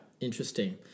interesting